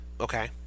Okay